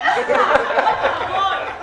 אדוני היושב-ראש,